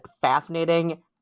fascinating